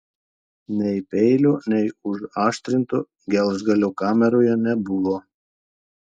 nei peilio nei užaštrinto gelžgalio kameroje nebuvo